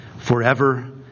forever